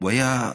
הוא היה,